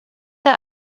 der